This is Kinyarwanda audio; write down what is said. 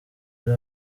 ari